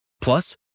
Plus